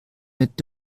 mit